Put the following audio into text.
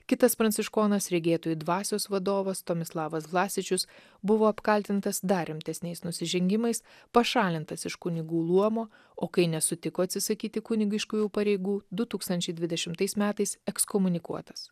kitas pranciškonas regėtojų dvasios vadovas tomislavas vlasičius buvo apkaltintas dar rimtesniais nusižengimais pašalintas iš kunigų luomo o kai nesutiko atsisakyti kunigiškųjų pareigų du tūkstančiai dvidešimtais metais ekskomunikuotas